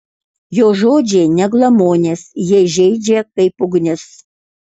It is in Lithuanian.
jo žodžiai ne glamonės jie žeidžia kaip ugnis